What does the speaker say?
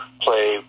play